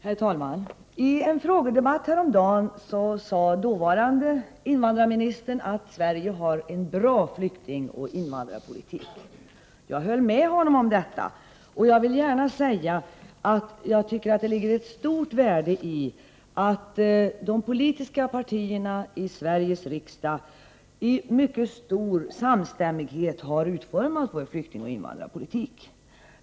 Herr talman! I en frågedebatt häromdagen sade dåvarande invandrarministern att Sverige har en bra flyktingoch invandrarpolitik. Jag höll med honom om detta. Jag vill gärna säga att jag tycker att det ligger ett stort värde iatt de politiska partierna i Sveriges riksdag i mycket stor samstämmighet har utformat landets flyktingoch invandrarpolitik.